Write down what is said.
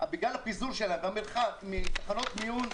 אבל בגלל הפיזור שלהם והמרחק מתחנות מיון,